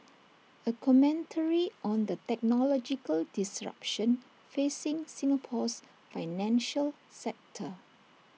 A commentary on the technological disruption facing Singapore's financial sector